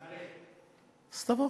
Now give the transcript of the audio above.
אז תבוא.